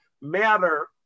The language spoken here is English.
matter